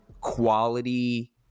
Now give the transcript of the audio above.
quality